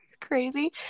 crazy